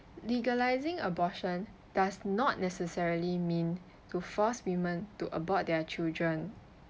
legalising abortion does not necessarily mean to force women to abort their children